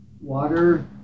Water